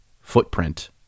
footprint